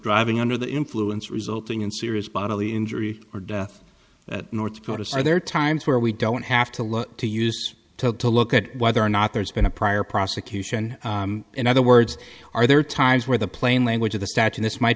driving under the influence resulting in serious bodily injury or death at north dakota so there are times where we don't have to look to use took a look at whether or not there's been a prior prosecution in other words are there times where the plain language of the statue this might